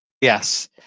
Yes